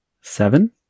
Seven